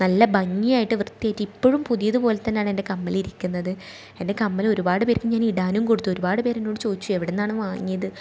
നല്ല ഭംഗിയായിട്ട് വൃത്തിയായിട്ട് ഇപ്പോഴും പുതിയത് പോലെ തന്നെയാണ് എൻ്റെ കമ്മൽ ഇരിക്കുന്നത് എൻ്റെ കമ്മൽ ഒരുപാട് പേർക്ക് ഞാൻ ഇടാൻ കൊടുത്തു ഒരുപാട് പേർ എന്നോട് ചോദിച്ചു എവിടെ നിന്നാണ് വാങ്ങിയത്